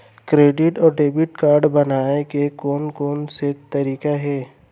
Debit अऊ credit card बनवाए के कोन कोन से तरीका हे?